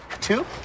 Two